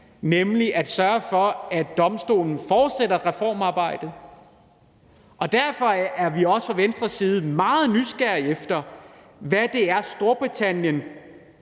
nemlig at sørge for, at domstolen fortsætter reformarbejdet. Derfor er vi også fra Venstres side meget nysgerrige efter at se, hvad Storbritannien